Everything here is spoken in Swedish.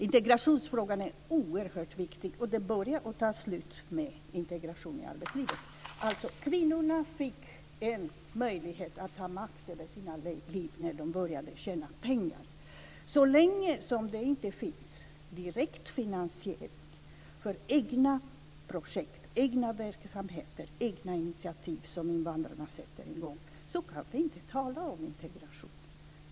Integrationsfrågan är oerhört viktig, och den börjar och slutar med integration i arbetslivet. Kvinnorna fick möjlighet att ta makt över sina liv när de började tjäna pengar. Så länge som det inte finns direkt finansiering av invandrarnas egna projekt, verksamheter och initiativ kan vi inte tala om en integration av invandrarna.